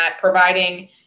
providing